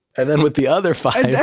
and then with the other five.